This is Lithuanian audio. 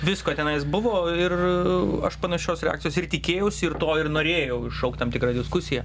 visko tenais buvo ir aš panašios reakcijos ir tikėjausi ir to ir norėjau iššaukt tam tikrą diskusiją